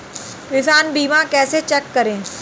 किसान बीमा कैसे चेक करें?